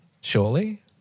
surely